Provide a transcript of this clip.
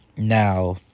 Now